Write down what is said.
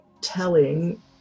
telling